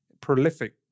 prolific